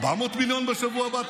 400 מיליון בשבוע הבא?